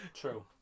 true